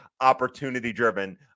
opportunity-driven